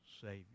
Savior